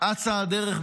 "אצה הדרך",